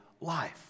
life